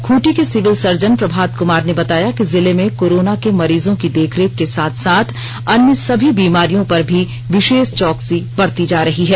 खूंटी के civil surgeon Prabhat Kumar ने बताया की जिले में कोरोना के मरीजों की देखरेख के साथ साथ अन्य सभी बीमारियों पर भी विशेष चौकसी बरती जा रही है